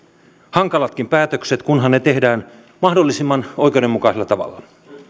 hankalatkin päätökset kunhan ne tehdään mahdollisimman oikeudenmukaisella tavalla